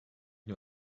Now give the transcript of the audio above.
nur